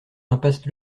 impasse